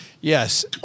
Yes